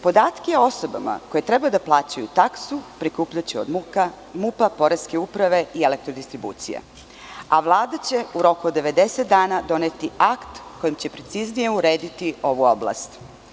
Podatke o osobama koje treba da plaćaju taksu prikupljaće od MUP-a, Poreske Uprave i EPS, a Vlada će u roku od 90 dana doneti akt kojim će preciznije urediti ovu oblast.